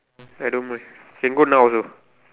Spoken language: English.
I don't mind can go now also